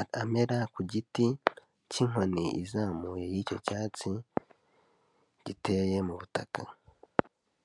atamera ku giti cy'inkoni izamuye y'icyo cyatsi giteye mu butaka.